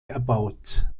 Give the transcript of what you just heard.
erbaut